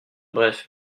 bref